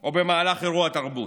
או במהלך אירוע תרבות.